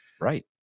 Right